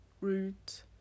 route